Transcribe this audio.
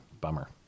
Bummer